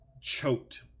choked